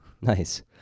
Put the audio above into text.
Nice